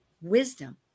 wisdom